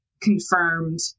confirmed